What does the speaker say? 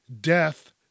Death